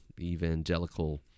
evangelical